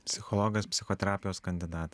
psichologas psichoterapijos kandidatas